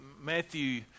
Matthew